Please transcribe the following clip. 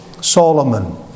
Solomon